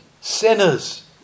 sinners